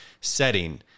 setting